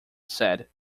said